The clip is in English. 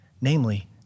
namely